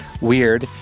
Weird